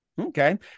Okay